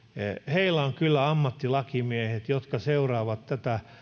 heillä on kyllä ammattilakimiehet jotka seuraavat tätä